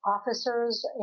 officers